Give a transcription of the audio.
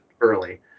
early